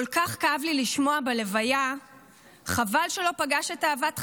כל כך כאב לי לשמוע בלוויה 'חבל שלא פגש את אהבת חייו,